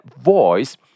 voice